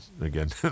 again